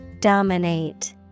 Dominate